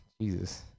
Jesus